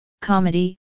comedy